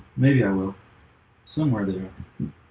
maybe i will somewhere they ah